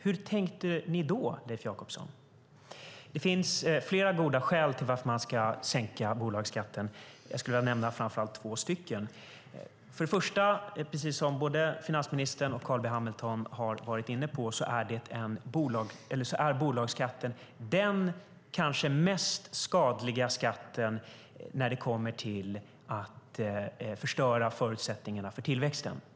Hur tänkte ni då, Leif Jakobsson? Det finns flera goda skäl till att sänka bolagsskatten. Jag skulle framför allt vilja nämna två stycken. Som både finansministern och Carl B Hamilton varit inne på är bolagsskatten den kanske mest skadliga skatten när det kommer till att förstöra förutsättningarna för tillväxten.